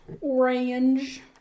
Orange